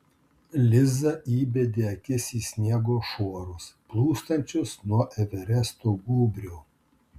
liza įbedė akis į sniego šuorus plūstančius nuo everesto gūbrio